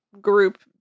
group